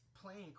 playing